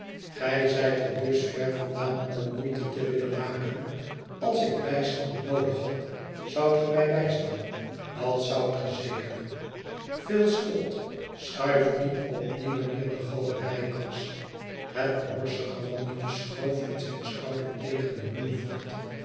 gij zijt er dus ver vandaan om moeite te willen maken als ik bijstand noodig had zoudt ge mij bijstaan dat zoudt ge zeker phil squod schuif niet op die manier de galerij langs het morsige manneke schoof met zijn schouder tegen den muur voort